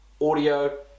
audio